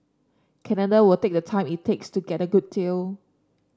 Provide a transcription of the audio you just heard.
Canada will take the time it takes to get a good deal